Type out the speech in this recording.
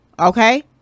Okay